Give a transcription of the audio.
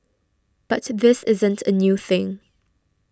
but this isn't a new thing